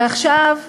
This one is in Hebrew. ועכשיו מבקשת,